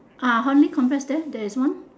ah harvey complex there there is one